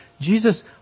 Jesus